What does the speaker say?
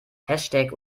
hashtag